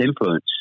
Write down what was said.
influence